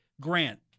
Grant